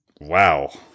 wow